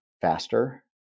faster